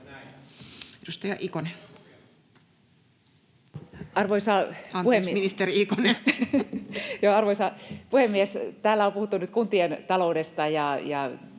Content: Joo, arvoisa puhemies! Täällä on puhuttu nyt kuntien taloudesta, ja